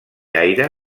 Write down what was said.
aire